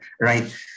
right